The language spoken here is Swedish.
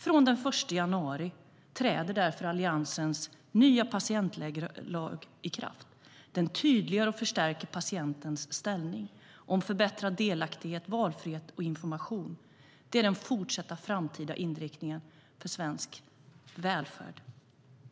Från den 1 januari träder därför Alliansens nya patientlag i kraft. Den tydliggör och förstärker patientens ställning när det gäller förbättrad delaktighet, valfrihet och information. Det är den fortsatta framtida inriktningen för svensk välfärd.